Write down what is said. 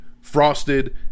Frosted